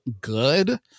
good